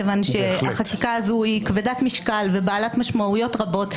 מכיוון שהחקיקה הזאת היא כבדת משקל ובעלת משמעויות רבות,